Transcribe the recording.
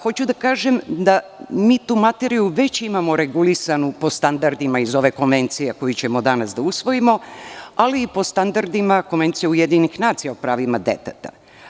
Hoću da kažem da mi tu materiju već imamo regulisanu po standardima iz ove konvencije koju ćemo danas da usvojimo, ali i po standardima Konvencije UN o pravima deteta.